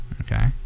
Okay